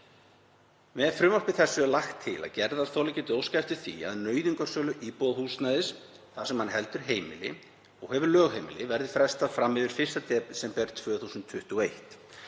„Með frumvarpi þessu er lagt til að gerðarþoli geti óskað eftir því að nauðungarsölu íbúðarhúsnæðis þar sem hann heldur heimili og hefur lögheimili verði frestað fram yfir 1. desember 2021.